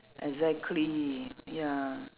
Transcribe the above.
exactly ya